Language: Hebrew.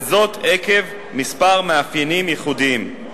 וזאת עקב כמה מאפיינים ייחודיים: